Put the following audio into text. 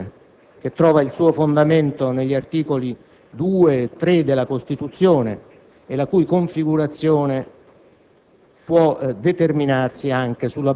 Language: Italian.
dall'altra il diritto all'abitazione, che trova il suo fondamento negli articoli 2 e 3 della Costituzione e la cui configurazione